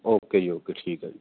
okay ਜੀ okay ਠੀਕ ਹੈ ਜੀ